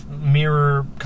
mirror